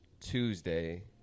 Tuesday